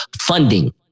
funding